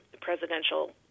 presidential